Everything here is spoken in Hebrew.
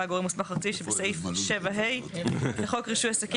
"גורם מוסמך ארצי" שבסעיף 7(ה) לחוק רישוי עסקים,